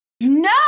No